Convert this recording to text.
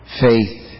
Faith